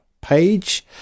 page